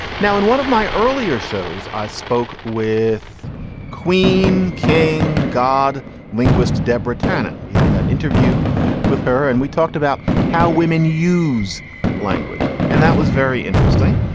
now, in one of my earlier shows, i spoke with queen king god linguist deborah tannen. we had that interview with her and we talked about how women use language. and that was very interesting.